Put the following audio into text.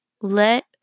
let